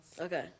Okay